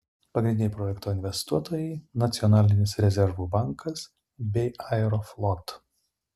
pagrindiniai projekto investuotojai nacionalinis rezervų bankas bei aeroflot